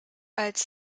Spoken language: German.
als